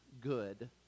good